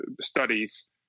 studies